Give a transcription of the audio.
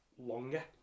longer